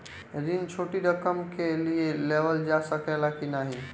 ऋण छोटी रकम के लिए लेवल जा सकेला की नाहीं?